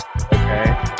Okay